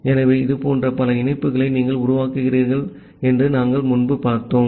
ஆகவே இதுபோன்ற பல இணைப்புகளை நீங்கள் உருவாக்குகிறீர்கள் என்று நாங்கள் முன்பு பார்த்தோம்